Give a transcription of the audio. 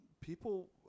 people